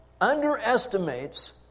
underestimates